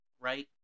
right